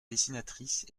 dessinatrice